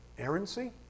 errancy